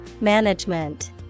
Management